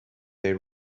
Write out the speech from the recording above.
they